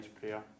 prayer